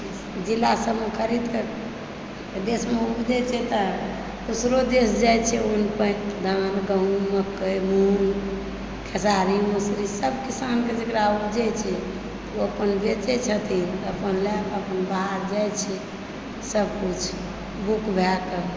जिला सबमे खरीदके देशमे उपजै छै तऽ दोसरो देश जै छै अन्न पानि धान गहुँम मकइ मूँग खेसारी मसुरी सब किसानके जेकरा उपजै छै ओ अपन बेचै छथिन अपन लए कऽ अपन बाहर जाइ छै सब किछु बुक भए कऽ